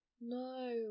No